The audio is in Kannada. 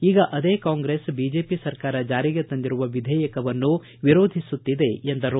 ಈಗ ಅದೇ ಕಾಂಗ್ರೆಸ್ ಬಿಜೆಪಿ ಸರ್ಕಾರ ಜಾರಿಗೆ ತಂದಿರುವ ವಿಧೇಯಕವನ್ನು ವಿರೋಧಿಸುತ್ತಿದೆ ಎಂದರು